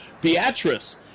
Beatrice